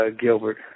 Gilbert